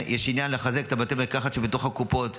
יש לה עניין לחזק את בתי המרקחת שבתוך הקופות.